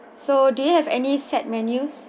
so do you have any set menus